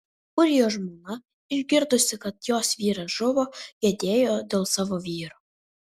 ūrijos žmona išgirdusi kad jos vyras žuvo gedėjo dėl savo vyro